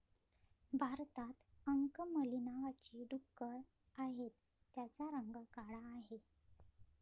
भारतात अंकमली नावाची डुकरं आहेत, त्यांचा रंग काळा आहे